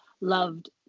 loved